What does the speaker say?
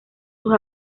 sus